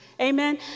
Amen